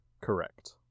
Correct